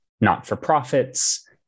not-for-profits